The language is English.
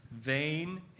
vain